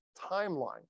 timeline